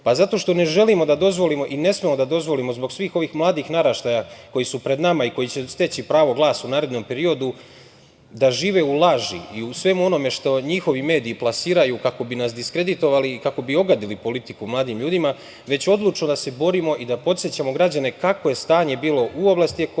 Zato što ne želimo da dozvolimo i ne smemo da dozvolimo zbog svih mladih naraštaja koji su pred nama i koji će steći pravo glasa u narednom periodu da žive u laži u svemu onome što njihovi mediji plasiraju kako bi nas diskreditovali, kako bi ogadili politiku mladim ljudima, već odlučno da se borimo i da podsećamo građane kakvo je stanje bilo u oblasti ekologije,